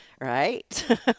right